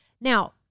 Now